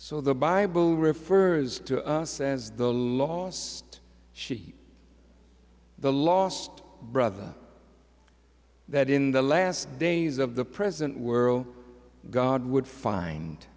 so the bible refers to us as the lost sheep the lost brother that in the last days of the present world god would find